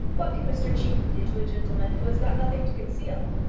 what can mr cheekey do to a gentleman who has got nothing to conceal?